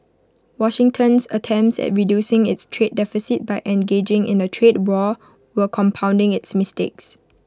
Washington's attempts at reducing its trade deficit by engaging in A trade war were compounding its mistakes